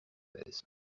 this